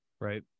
Right